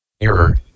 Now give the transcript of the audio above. Error